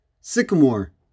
Sycamore